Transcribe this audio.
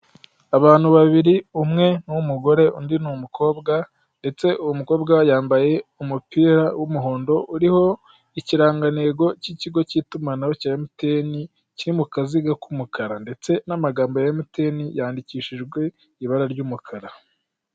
Abantu babiri umwe n'umugore undi n'umukobwa ndetse umukobwa yambaye umupira w'umuhondo uriho ikirangantego cy'ikigo cy'itumanaho cya MTN kiri mu kaziga k'umukara ndetse n'amagambo ya MTN yandikishijwe ibara ry'umukara.